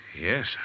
Yes